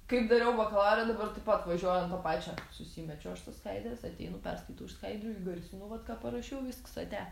kaip dariau bakalaure dabar tipo atvažiuoju ant to pačio susimečiau aš tas skaidęs ateinu perskaitau iš skaidrių įgarsinu vat ką parašiau viskas ate